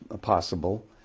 possible